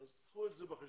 אז תיקחו את זה בחשבון,